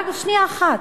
רק שנייה אחת,